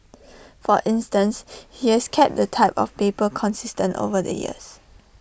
for instance he has kept the type of paper consistent over the years